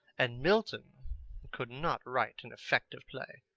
and milton could not write an effective play.